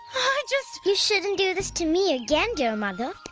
justu. you shouldn't do this to me again, dear mother.